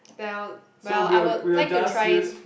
well well I would like to try